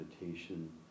meditation